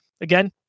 Again